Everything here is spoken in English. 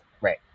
Right